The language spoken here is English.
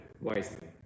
wisely